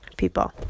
people